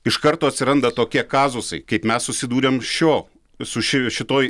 iš karto atsiranda tokie kazusai kaip mes susidūrėm šio suši šitoj